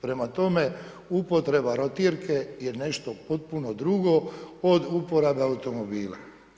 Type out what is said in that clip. Prema tome, upotreba rotirke je nešto potpuno drugo od uporabe automobila.